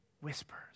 whispers